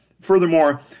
Furthermore